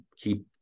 keep